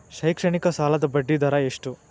ಶೈಕ್ಷಣಿಕ ಸಾಲದ ಬಡ್ಡಿ ದರ ಎಷ್ಟು?